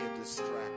distracted